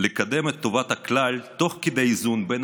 לקדם את טובת הכלל תוך איזון בין